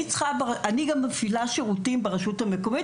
אני גם מפעילה שירותים ברשות המקומית,